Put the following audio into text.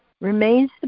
remains